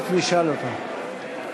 יש